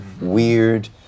weird